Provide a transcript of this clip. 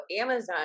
Amazon